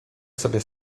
sobie